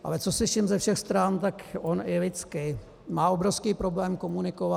Ale co slyším ze všech stran, tak on i lidsky má obrovský problém komunikovat.